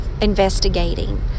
investigating